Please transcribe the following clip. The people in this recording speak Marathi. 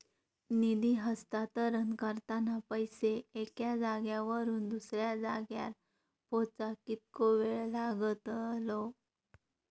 निधी हस्तांतरण करताना पैसे एक्या जाग्यावरून दुसऱ्या जाग्यार पोचाक कितको वेळ लागतलो?